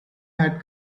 had